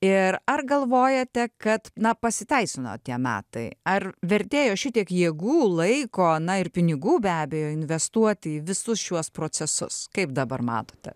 ir ar galvojate kad na pasiteisino tie metai ar vertėjo šitiek jėgų laiko na ir pinigų be abejo investuoti į visus šiuos procesus kaip dabar matote